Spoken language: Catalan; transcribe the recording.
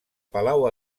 palau